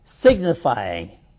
signifying